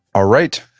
all right,